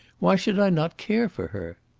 why should i not care for her?